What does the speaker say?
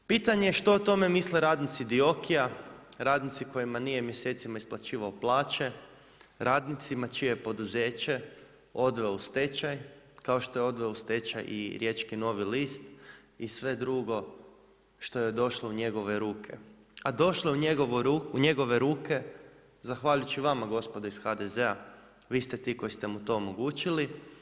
Pitanje što o tome misle radnici DIOKI-ja, radnici kojima nije mjesecima isplaćivao plaće, radnicima čije je poduzeće odveo u stečaj, kao što je odveo u stečaj i riječki Novi list, i sve drugo što je došlo u njegove ruke, a došlo je u njegove ruke zahvaljujući vama gospodo iz HDZ-a, vi ste ti koji ste mu to omogućili.